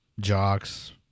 jocks